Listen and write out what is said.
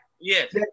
Yes